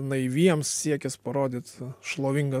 naiviems siekis parodyt šlovingą